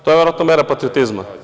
To je verovatno mera patriotizma.